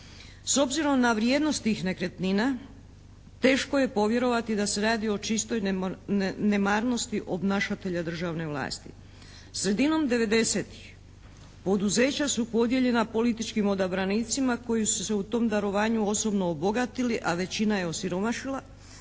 S obzirom na vrijednost tih nekretnina teško je povjerovati da se radi o čistoj nemarnosti obnašatelja državne vlasti. Sredinom devedesetih poduzeća su podijeljena političkim odabranicima koji su se u tom darovanju osobno obogatili, a većina je osiromašila.